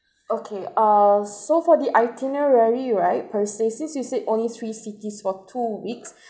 okay uh so for the itinerary right per say since you said only three cities for two weeks